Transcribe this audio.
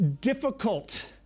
difficult